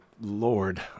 Lord